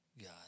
God